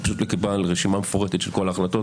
פשוט לקבל רשימה מפורטת של כל ההחלטות,